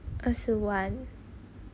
二十万